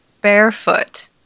Barefoot